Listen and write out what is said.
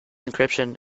encryption